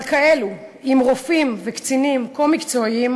אבל כאלו עם רופאים וקצינים כה מקצועיים,